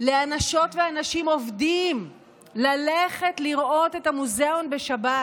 לאנשות ואנשים עובדים ללכת לראות את המוזיאון בשבת,